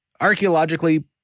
archaeologically